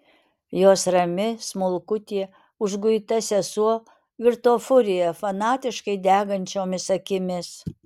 jos rami smulkutė užguita sesuo virto furija fanatiškai degančiomis akimis